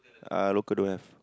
ah local don't have